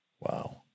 Wow